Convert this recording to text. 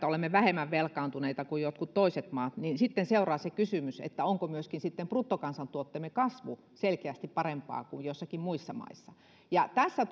olemme vähemmän velkaantuneita kuin jotkut toiset maat niin sitten seuraa se kysymys onko myöskin sitten bruttokansantuotteemme kasvu selkeästi parempaa kuin joissakin muissa maissa tässä